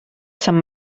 sant